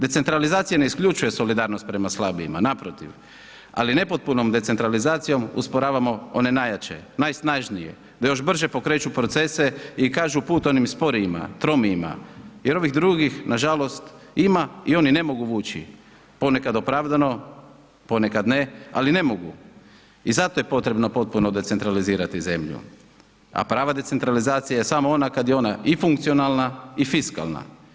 Decentralizacija ne isključuje solidarnost prema slabijima, naprotiv, ali nepotpunom decentralizacijom usporavamo one najjače, najsnažnije, da još brže pokreću procese i kažu put onim sporijima, tromijima jer ovih drugih nažalost ima i oni ne mogu vući, ponekad opravdano ponekad ne, ali ne mogu i zato je potrebno potpuno decentralizirati zemlju, a prava decentralizacija je samo ona kad je ona i funkcionalna i fiskalna.